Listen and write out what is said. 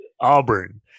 auburn